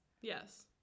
Yes